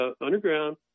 underground